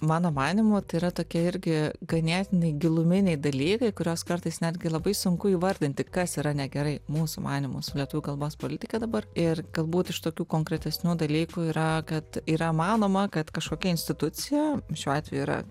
mano manymu tai yra tokia irgi ganėtinai giluminiai dalykai kuriuos kartais netgi labai sunku įvardinti kas yra negerai mūsų manymu su lietuvių kalbos politika dabar ir galbūt iš tokių konkretesnių dalykų yra kad yra manoma kad kažkokia institucija šiuo atveju yra